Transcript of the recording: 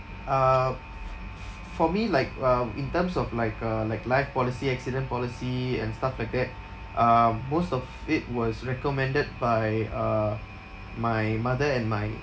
uh f~ f~ for me like um in terms of like uh like life policy accident policy and stuff like that um most of it was recommended by uh my mother and my